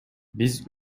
биз